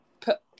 put